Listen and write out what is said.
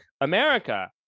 America